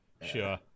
sure